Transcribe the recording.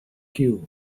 cue